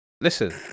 Listen